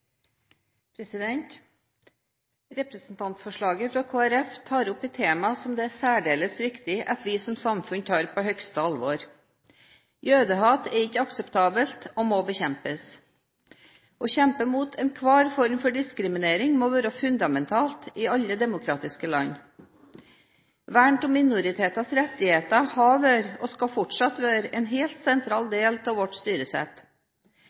særdeles viktig at vi som samfunn tar på største alvor. Jødehat er ikke akseptabelt og må bekjempes. Å kjempe mot enhver form for diskriminering må være fundamentalt i alle demokratiske land. Vern av minoriteters rettigheter har vært og skal fortsatt være en helt sentral del av vårt styresett.